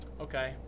Okay